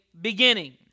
beginning